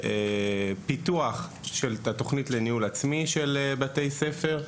פיתוח של תוכנית לניהול עצמי של בתי ספר,